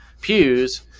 pews